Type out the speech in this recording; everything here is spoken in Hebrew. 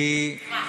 תגיד לי מה.